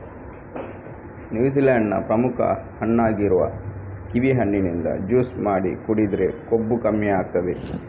New Zealand ನ ಪ್ರಮುಖ ಹಣ್ಣಾಗಿರುವ ಕಿವಿ ಹಣ್ಣಿನಿಂದ ಜ್ಯೂಸು ಮಾಡಿ ಕುಡಿದ್ರೆ ಕೊಬ್ಬು ಕಮ್ಮಿ ಆಗ್ತದೆ